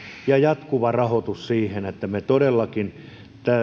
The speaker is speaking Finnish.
ja jatkuva rahoitus siihen että me todellakin